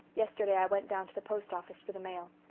yesterday i went down to the post office for the mail.